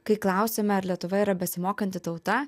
kai klausėme ar lietuva yra besimokanti tauta